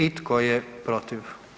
I tko je protiv?